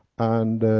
and